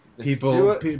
people